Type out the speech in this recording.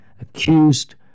accused